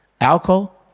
alcohol